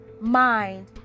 mind